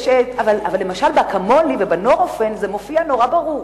אבל למשל ב"אקמולי" וב"נורופן" זה מופיע נורא ברור.